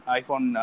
iPhone